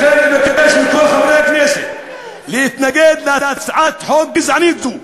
לכן אני מבקש מכל חברי הכנסת להתנגד להצעת חוק גזענית זו,